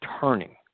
turning